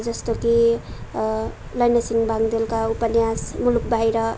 जस्तो कि लैनसिङ बाङदेलका उपन्यास मुलुक बाहिर